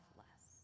less